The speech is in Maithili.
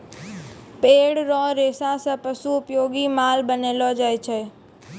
पेड़ रो रेशा से पशु उपयोगी माल बनैलो जाय छै